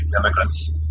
immigrants